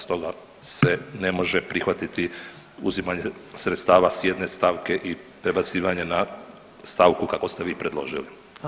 Stoga se ne može prihvatiti uzimanje sredstava s jedne stavke i prebacivanje na stavku kako ste vi predložili.